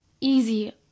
easy